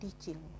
teaching